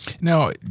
Now